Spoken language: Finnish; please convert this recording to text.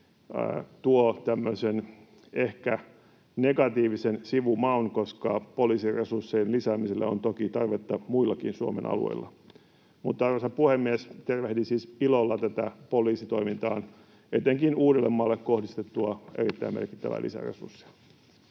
ehkä negatiivisen sivumaun, koska poliisiresurssien lisäämiselle on toki tarvetta muillakin Suomen alueilla. Mutta, arvoisa puhemies, tervehdin siis ilolla tätä poliisitoimintaan, etenkin Uudellemaalle, kohdistettua erittäin merkittävää lisäresurssia.